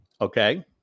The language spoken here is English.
okay